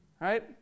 right